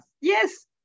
Yes